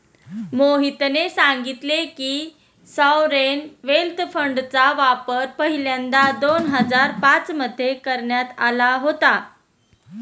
मोहितने सांगितले की, सॉवरेन वेल्थ फंडचा वापर पहिल्यांदा दोन हजार पाच मध्ये करण्यात आला होता